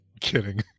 Kidding